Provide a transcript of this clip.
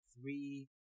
three